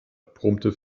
brummte